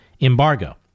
embargo